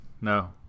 No